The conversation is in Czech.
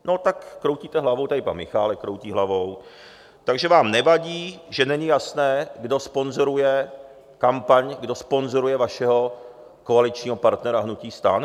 No tak kroutíte hlavou, tady pan Michálek kroutí hlavou, takže vám nevadí, že není jasné, kdo sponzoruje kampaň, kdo sponzoruje vašeho koaličního partnera hnutí STAN?